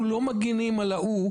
אנחנו לא מגינים על ההוא,